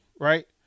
Right